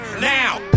Now